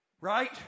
right